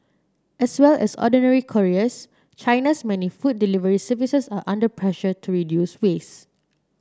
as well as ordinary couriers China's many food delivery services are under pressure to reduce waste